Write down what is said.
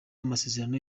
amasezerano